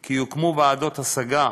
כי יוקמו ועדות השגה,